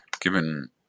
given